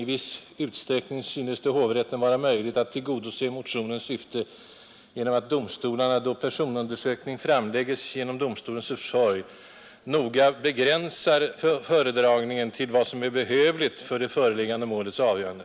I viss utsträckning synes det hovrätten sålunda vara möjligt att tillgodose motionens syfte genom att domstolarna, då personundersökning framlägges genom domstolens försorg, noga begränsar föredragningen till vad som är behövligt för det föreliggande målets avgörande.